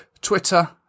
Twitter